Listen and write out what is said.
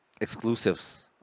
exclusives